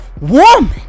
woman